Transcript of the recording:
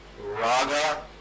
Raga